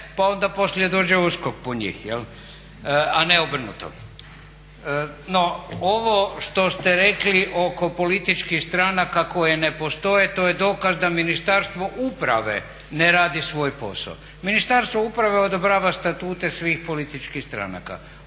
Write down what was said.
pa onda poslije dođe USKOK po njih jel', a ne obrnuto. No, ovo što ste rekli oko političkih stranaka koje ne postoje to je dokaz da Ministarstvo uprave ne radi svoj posao. Ministarstvo uprave odobrava statute svih političkih stranaka.